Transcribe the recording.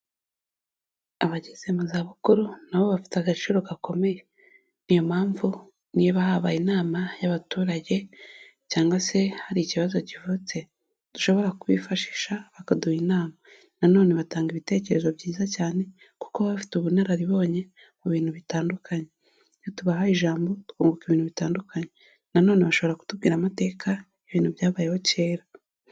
Abageze mu za bukuru na bo bafite agaciro gakomeye, niyo mpamvu niba habaye inama y'abaturage cyangwa se hari ikibazo kivutse dushobora kubifashisha bakaduha inama. Nanone batanga ibitekerezo byiza cyane kuko babafite ubunararibonye mu bintu bitandukanye. Iyo tubahaye ijambo twunguka ibintu bitandukanye, nanone bashobora kutubwira amateka, ibintu byabayeho kera.